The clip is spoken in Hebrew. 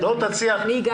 תצליח.